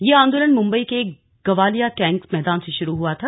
यह आंदोलन मुंबई के गवालिया टैंक मैदान से शुरू हुआ था